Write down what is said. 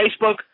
Facebook